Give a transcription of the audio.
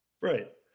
Right